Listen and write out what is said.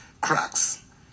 cracks